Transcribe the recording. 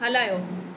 हलायो